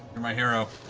you're my hero.